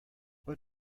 what